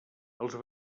els